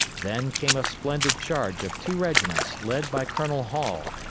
then came a splendid charge of two regiments, led by colonel hall,